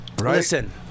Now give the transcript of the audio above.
Listen